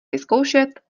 vyzkoušet